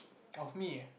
of me ah